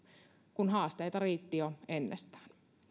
kun haasteita riitti jo ennestään